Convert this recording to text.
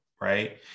right